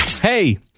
Hey